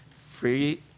free